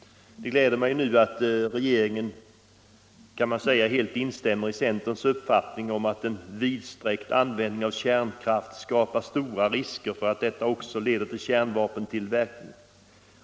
Det gläder mig att regeringen nu helt instämmer i centerns uppfattning att en vidsträckt användning av kärnkraft skapar stora risker för att detta också leder till kärnvapentillverkning.